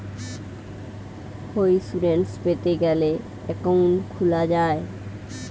insurance পেতে গ্যালে account খুলা যায়